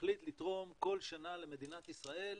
מחליט לתרום כל שנה למדינת ישראל